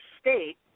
state